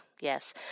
Yes